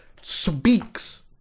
speaks